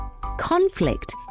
Conflict